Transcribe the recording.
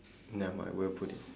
nevermind we will put it